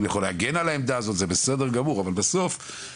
ראה באינטרנט אתמול על הדיון היום,